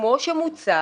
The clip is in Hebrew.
כמו שמוצע